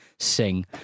Sing